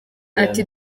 ati